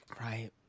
Right